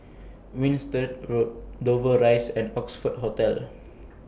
Winstedt Road Dover Rise and Oxford Hotel